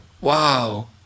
Wow